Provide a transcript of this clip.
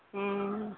हँ